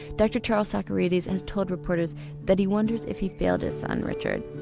dr charles socarides has has told reporters that he wonders if he failed his son richard,